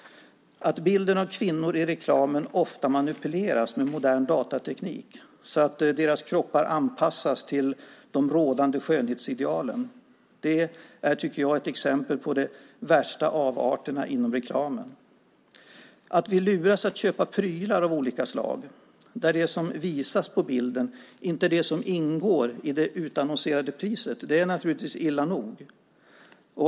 Att bilden av kvinnor i reklamen ofta manipuleras med modern datateknik så att deras kroppar anpassas till de rådande skönhetsidealen är ett exempel på de värsta avarterna inom reklamen. Att vi luras att köpa prylar av olika slag där det som visas på bilden inte är det som ingår i det utannonserade priset är naturligtvis illa nog.